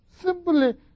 Simply